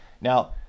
Now